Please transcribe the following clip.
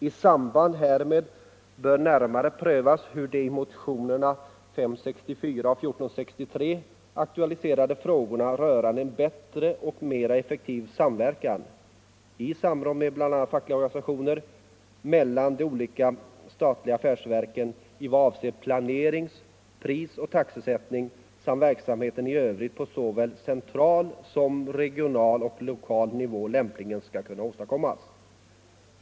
I samband härmed bör närmare prövas hur de i motionerna 564 och 1463 aktualiserade frågorna rörande en bättre och mera effektiv samverkan — i samråd med bl.a. fackliga organisationer — mellan de olika statliga affärsverken i vad avser planering, prisoch taxesättning samt verksamheten i övrigt på såväl central som regional och lokal nivå lämpligen skall kunna åstadkommas.